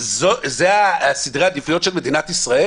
אלו סדרי העדיפויות של מדינת ישראל?